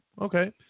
Okay